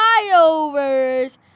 flyovers